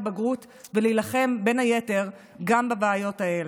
בגרות ולהילחם בין היתר גם בבעיות האלה,